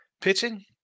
Pitching